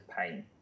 pain